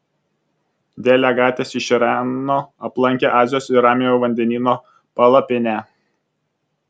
delegatės iš irano aplankė azijos ir ramiojo vandenyno palapinę